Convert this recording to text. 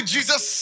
Jesus